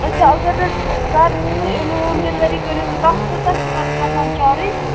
اَچھا اگر نہٕ حظ گَرٕ تُہۍ أنِو ہوم ڈیلؤری کٔرِو تہٕ تَتھ کوٗتاہ چھُ پَتہٕ کھَسان چارٕج